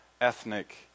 ethnic